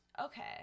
Okay